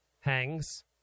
hangs